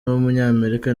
w’umunyamerika